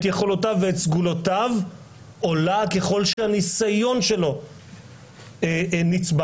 יכולותיו ואת סגולותיו עולה ככל שהניסיון שלו נצבר.